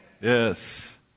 Yes